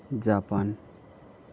Japan